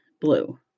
blue